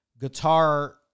guitar